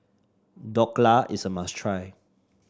Dhokla is a must try